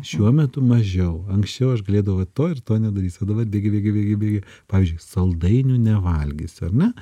šiuo metu mažiau anksčiau aš galėdavau vat to ir to nedarysiu o dabar bėgi bėgi bėgi pavyzdžiui saldainių nevalgysiu ar ne